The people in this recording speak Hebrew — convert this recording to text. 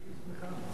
לא פשוט,